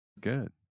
Good